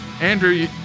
Andrew